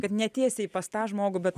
kad netiesiai pas tą žmogų bet